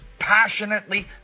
passionately